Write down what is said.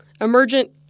emergent